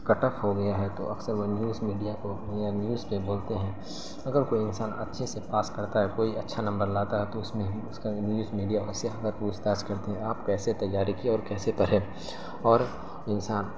کٹ off ہو گیا ہے تو اکثر وہ نیوز میڈیا کو یا نیوز پہ بولتے ہیں اگر کوئی انسان اچھے سے پاس کرتا ہے کوئی اچھا نمبر لاتا ہے تو اس میں اس کا نیوز میڈیا اس سے اگر پوچھ تاچھ کرتے ہیں آپ کیسے تیاری کیا اور کیسے پڑھے اور انسان